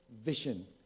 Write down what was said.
vision